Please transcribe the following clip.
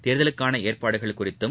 தேர்தலுக்கானஏற்பாடுகள் குறித்தும்